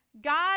God